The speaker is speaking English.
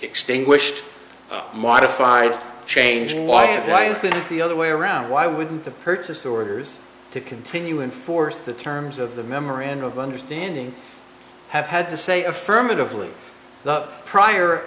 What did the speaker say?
extinguished modified change and why why is that the other way around why wouldn't the purchase orders to continue and force the terms of the memorandum of understanding have had to say affirmatively the prior